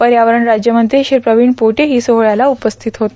पर्यावरण राज्यमंत्री श्री प्रवीण पोटेही सोहळ्याला उपस्थित होते